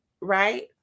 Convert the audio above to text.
right